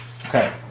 Okay